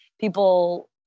people